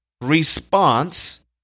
response